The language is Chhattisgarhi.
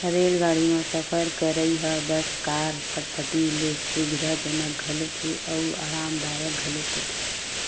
रेलगाड़ी म सफर करइ ह बस, कार, फटफटी ले सुबिधाजनक घलोक हे अउ अरामदायक घलोक होथे